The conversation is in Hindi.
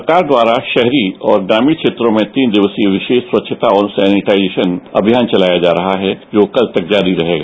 सरकार द्वारा शहरी और ग्रामीण क्षेत्रों में तीन दिवसीय विशेष स्वच्छता और सैनिटाइजेशन अभियान चलाया जा रहा है जो कल तक जारी रहेगा